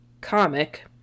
comic